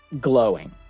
glowing